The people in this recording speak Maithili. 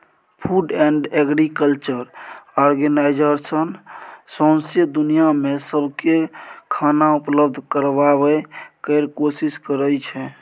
फूड एंड एग्रीकल्चर ऑर्गेनाइजेशन सौंसै दुनियाँ मे सबकेँ खाना उपलब्ध कराबय केर कोशिश करइ छै